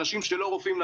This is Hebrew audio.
אנשים שהם לא רופאים,